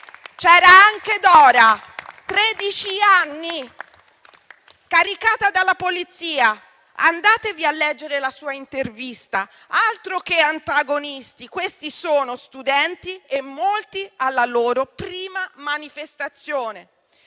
c'era anche Dora, tredici anni, caricata dalla Polizia. Andatevi a leggere la sua intervista. Altro che antagonisti, questi sono studenti e molti alla loro prima manifestazione.